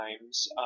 times